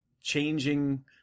changing